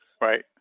Right